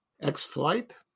X-Flight